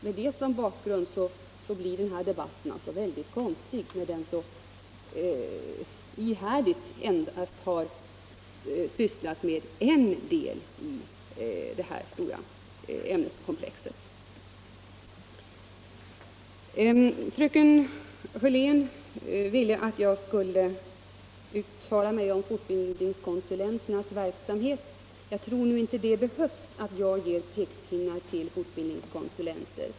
Mot den bakgrunden blir denna debatt mycket konstig, eftersom man här så ihärdigt sysslat med endast en del i detta stora ämneskomplex. Fröken Hörlén ville att jag skulle uttala mig om fortbildningskonsulenternas verksamhet, men jag tror inte jag behöver sätta upp några pekpinnar för dem.